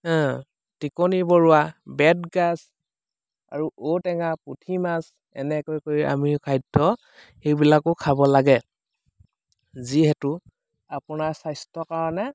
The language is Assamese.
টিকনি বৰুৱা বেতগাজ আৰু ঔটেঙা পুঠি মাছ এনেকৈ কৰি আমি খাদ্য সেইবিলাকো খাব লাগে যিহেতু আপোনাৰ স্বাস্থ্যৰ কাৰণে